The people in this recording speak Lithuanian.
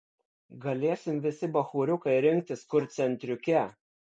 galėsim visi bachūriukai rinktis kur centriuke